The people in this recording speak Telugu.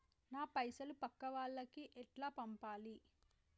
నా పైసలు పక్కా వాళ్లకి ఎట్లా పంపాలి?